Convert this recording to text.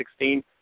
2016